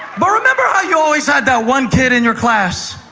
but remember how you always had that one kid in your class